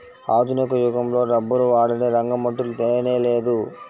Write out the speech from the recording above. ఆధునిక యుగంలో రబ్బరు వాడని రంగమంటూ లేనేలేదు